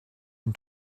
and